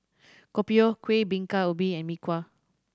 Kopi O Kueh Bingka Ubi and Mee Kuah